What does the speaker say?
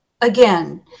again